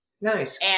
Nice